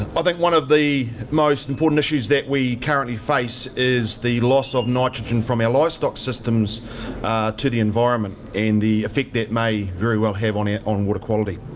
i think one of the most important issues that we currently face is the loss of nitrogen from our livestock systems to the environment, and the affect that may very well have on and on water quality.